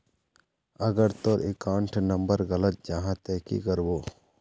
अगर तोर account number गलत जाहा ते की करबो?